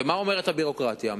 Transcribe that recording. ומה אומרת הביורוקרטיה?